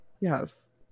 Yes